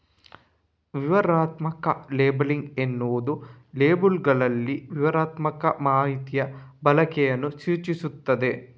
ವಿವರಣಾತ್ಮಕ ಲೇಬಲಿಂಗ್ ಎನ್ನುವುದು ಲೇಬಲ್ಲುಗಳಲ್ಲಿ ವಿವರಣಾತ್ಮಕ ಮಾಹಿತಿಯ ಬಳಕೆಯನ್ನ ಸೂಚಿಸ್ತದೆ